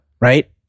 Right